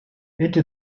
эти